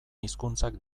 hizkuntzak